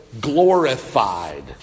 glorified